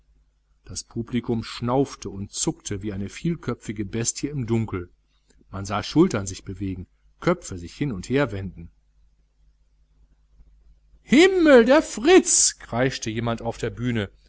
das publikum schnaufte und zuckte wie eine vielköpfige bestie im dunkel man sah schultern sich bewegen köpfe sich hin und herwenden himmel der fritz kreischte jemand auf der bühne